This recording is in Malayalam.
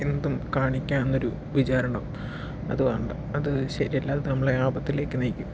എന്തും കാണിക്കാം എന്നൊരു വിചാരം ഉണ്ടാവും അത് വേണ്ട അത് ശരിയല്ല അത് നമ്മളെ ആപത്തിലേയ്ക്ക് നയിക്കും